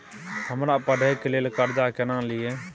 हमरा पढ़े के लेल कर्जा केना लिए?